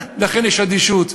לכן יש אדישות.